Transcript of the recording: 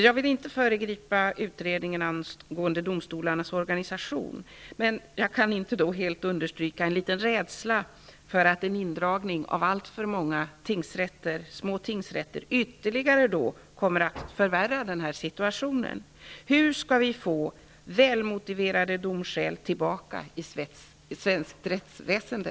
Jag vill inte föregripa utredningen om domstolarnas organisation, men jag kan inte helt undertrycka en liten rädsla för att en indragning av alltför många små tingsrätter ytterligare kommer att förvärra situationen. Hur skall vi få väl motiverade domskäl tillbaka i svenskt rättsväsende?